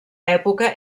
època